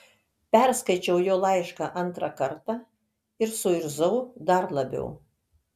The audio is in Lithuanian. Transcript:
perskaičiau jo laišką antrą kartą ir suirzau dar labiau